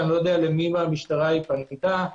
איני יודע למי מהמשטרה היא פנתה.